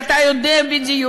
ואתה יודע בדיוק,